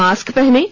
mask पहनें